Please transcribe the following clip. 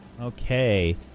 Okay